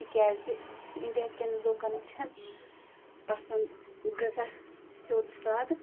تِکیٛازِ اِنڈیاہہٕ کٮ۪ن لُکَن چھَنہ پَسَنٛد غزا سیوٚد سادٕ